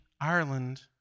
Ireland